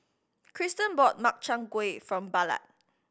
Kristen bought Makchang Gui for Ballard